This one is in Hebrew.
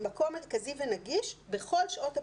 מקום מרכזי ונגיש בכל שעות הפעילות.